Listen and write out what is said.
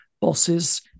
bosses